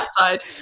outside